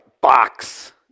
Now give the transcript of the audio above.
box